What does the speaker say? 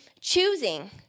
choosing